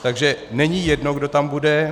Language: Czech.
Takže není jedno, kdo tam bude.